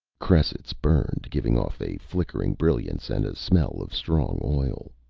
cressets burned, giving off a flickering brilliance and a smell of strong oil.